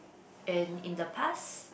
and in the past